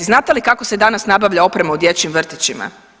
Znate kako se danas nabavlja oprema u dječjim vrtićima?